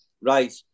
right